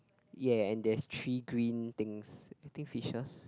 ya there is three green things I think fishers